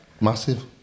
Massive